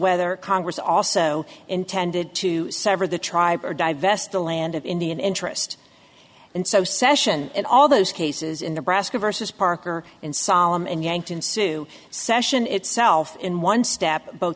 whether congress also intended to sever the tribe or divest the land of indian interest and so sad in all those cases in the brassica versus parker in solemn and yanked ensue session itself in one step both